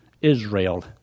Israel